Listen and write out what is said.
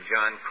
John